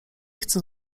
chcę